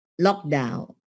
lockdown